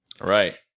Right